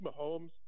Mahomes